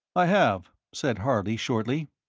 i have, said harley, shortly.